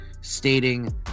stating